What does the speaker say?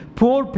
poor